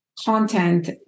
content